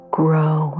grow